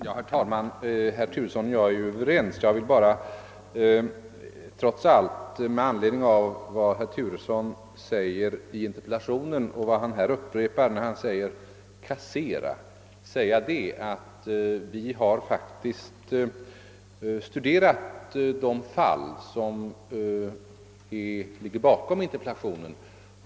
Herr talman! Herr Turesson och jag är ju överens. Jag vill bara med anledning av att herr Turesson i interpellationen använt och sedan upprepat ordet »kassera» fastslå, att vi faktiskt har studerat de fall som ligger bakom interpellationen.